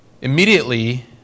Immediately